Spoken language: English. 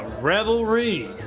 revelry